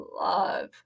love